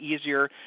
easier